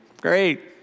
Great